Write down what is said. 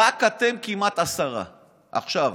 רק אתם, כמעט עשרה עכשיו.